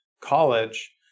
college